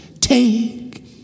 Take